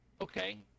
Okay